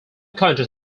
countries